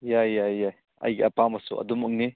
ꯌꯥꯏ ꯌꯥꯏ ꯌꯥꯏ ꯑꯩꯒꯤ ꯑꯄꯥꯝꯕꯁꯨ ꯑꯗꯨꯃꯛꯅꯤ